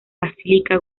basílica